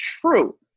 true